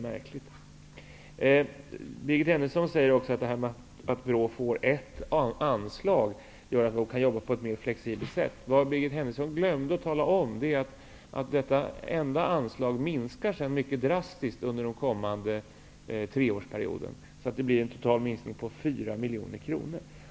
Birgit Henriksson sade att när BRÅ får ett anslag kan de arbeta på ett mer flexibelt sätt. Vad Birgit Henriksson glömde att tala om är att detta enda anslag minskar sedan mycket drastiskt under den kommande treårsperioden. Det blir en total minskning på 4 miljoner kronor.